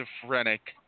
Schizophrenic